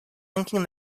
linking